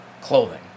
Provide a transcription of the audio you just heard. clothing